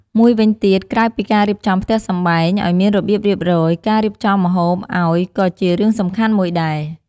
មួយវិញទៀតក្រៅពីការរៀបចំផ្ទះសម្បែងឲ្យមានរបៀបរៀបរយ ការរៀបចំម្ហូបឲ្យក៏ជារឿងសំខាន់មួយដែរ ។